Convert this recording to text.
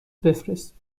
بفرستید